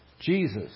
Jesus